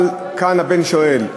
אבל כאן הבן שואל: